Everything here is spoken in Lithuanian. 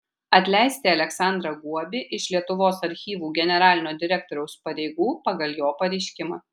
atleisti aleksandrą guobį iš lietuvos archyvų generalinio direktoriaus pareigų pagal jo pareiškimą